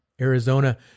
Arizona